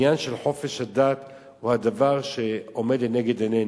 של סייעני טרור, שחובה של כולנו להתגונן בפניהם.